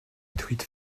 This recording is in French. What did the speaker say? truites